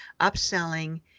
upselling